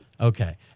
Okay